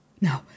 no